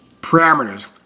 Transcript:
parameters